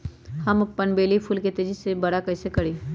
हम अपन बेली फुल के तेज़ी से बरा कईसे करी?